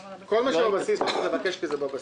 כל מה שבבסיס לא צריך לבקש כי זה בבסיס.